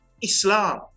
Islam